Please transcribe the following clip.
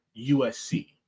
USC